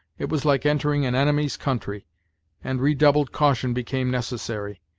it was like entering an enemy's country and redoubled caution became necessary.